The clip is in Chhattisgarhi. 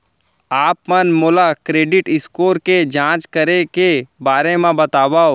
आप मन मोला क्रेडिट स्कोर के जाँच करे के बारे म बतावव?